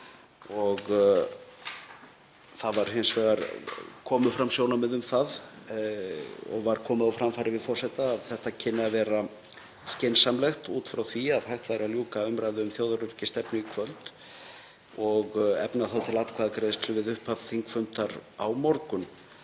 Það hins vegar komu fram sjónarmið um það og var komið á framfæri við forseta að þetta kynni að vera skynsamlegt út frá því að hægt væri að ljúka umræðu um þjóðaröryggisstefnu í kvöld og efna til atkvæðagreiðslu við upphaf þingfundar á morgun.